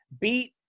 beat